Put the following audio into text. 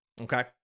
Okay